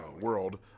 world